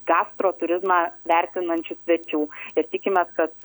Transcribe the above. gastro turizmą vertinančių svečių ir tikimės kad